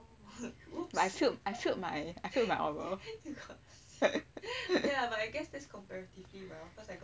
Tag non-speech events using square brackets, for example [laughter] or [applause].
I got C but I failed I failed my oral [laughs]